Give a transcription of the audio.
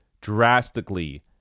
drastically